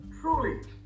truly